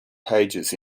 pages